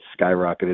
skyrocketed